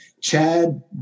Chad